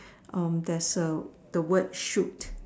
that's the white shoot